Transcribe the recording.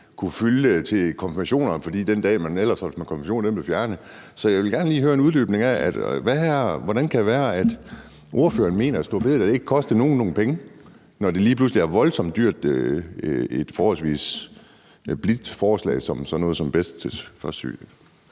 kunne fylde op med konfirmationer, fordi den dag, hvor man ellers ville have holdt konfirmation, blev fjernet. Så jeg vil gerne lige høre en uddybning af det. Hvordan kan det være, at ordføreren mener, at store bededag ikke koster nogen nogle penge, når det lige pludselig er voldsomt dyrt med et forholdsvis blidt forslag som bedstes første